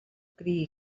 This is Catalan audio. crie